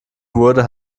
wurde